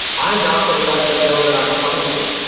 i'm not going to let them know that i'm coming for them.